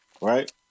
Right